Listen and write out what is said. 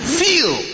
feel